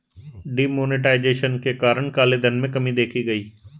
D monetization के कारण काले धन में कमी देखी गई